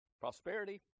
prosperity